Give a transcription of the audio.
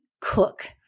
cook